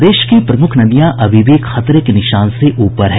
प्रदेश की प्रमूख नदियां अभी भी खतरे के निशान से ऊपर है